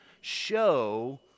show